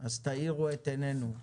אז תאירו את עינינו.